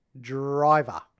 driver